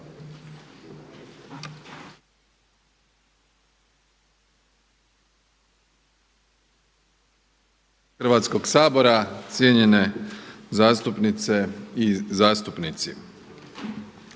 Hrvatskog sabora, cijenjene zastupnice i zastupnici.